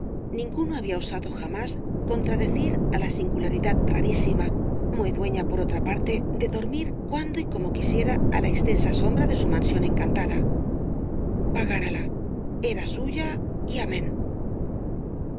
ninguno había osado jamás contradecir á la singularidad rarísima muy dueña por otra parte de dormir cuando y como quisiera á la extensa sombra de su mansión encantada pagárala era suya y amén